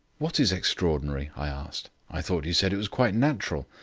what is extraordinary? i asked. i thought you said it was quite natural.